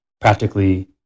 practically